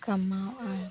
ᱠᱟᱢᱟᱣ ᱟᱭ